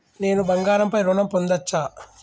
నేను బంగారం పై ఋణం పొందచ్చా?